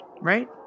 right